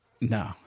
No